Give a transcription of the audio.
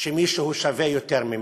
שמישהו שווה יותר ממני.